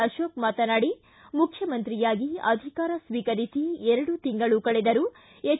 ಅಶೋಕ ಮಾತನಾಡಿ ಮುಖ್ಯಮಂತ್ರಿಯಾಗಿ ಅಧಿಕಾರ ಸ್ವೀಕರಿಸಿ ಎರಡು ತಿಂಗಳು ಕಳೆದರೂ ಎಚ್